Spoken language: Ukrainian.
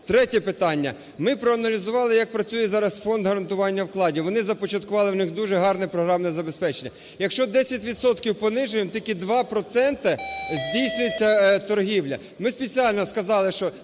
Третє питання. Ми проаналізували, як працює зараз Фонд гарантування вкладів, вони започаткували, в них дуже гарне програмне забезпечення. Якщо 10 відсотків понижуємо, тільки 2 відсотки здійснюється торгівля. Ми спеціально сказали, що